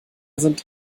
sind